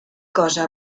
cosa